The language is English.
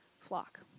flock